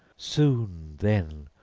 soon, then,